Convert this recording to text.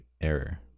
error